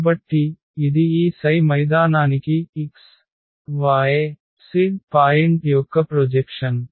కాబట్టి ఇది ఈ xy మైదానానికి x y z పాయింట్ యొక్క ప్రొజెక్షన్